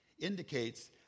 indicates